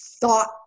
thought